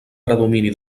predomini